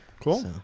cool